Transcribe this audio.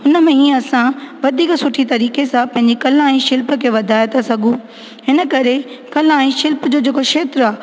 हुन में ई असां वधीक सुठी तरीक़े सां पंहिंजी कला ऐं शिल्प खे वधाए था सघूं हिन करे कला ऐं शिल्प जे जेको क्षेत्र आहे